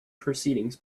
proceedings